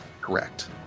Correct